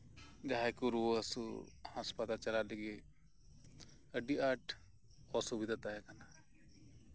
ᱡᱟᱸᱦᱟᱭ ᱠᱚ ᱨᱩᱣᱟᱹ ᱦᱟᱹᱥᱩ ᱦᱟᱥᱯᱟᱛᱟᱞ ᱪᱟᱞᱟᱜ ᱞᱟᱹᱜᱤᱫ ᱟᱹᱰᱤ ᱟᱸᱴ ᱚᱥᱩᱵᱤᱫᱷᱟ ᱛᱟᱸᱦᱮ ᱠᱟᱱᱟ